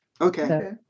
Okay